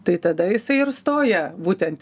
tai tada jisai ir stoja būtent